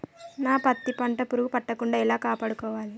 నా పత్తి పంట పురుగు పట్టకుండా ఎలా కాపాడుకోవాలి?